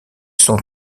sont